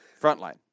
Frontline